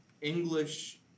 English